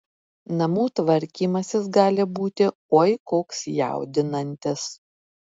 namų tvarkymasis gali būti oi koks jaudinantis